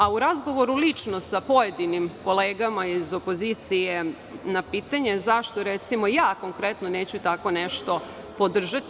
A u razgovoru lično sa pojedinim kolegama iz opozicije na pitanje – zašto recimo ja konkretno neću tako nešto podržati?